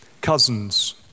cousins